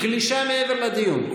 מעבר לדיון.